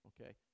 Okay